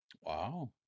Wow